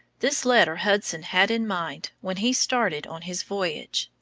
this letter hudson had in mind when he started on his voyage.